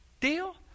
deal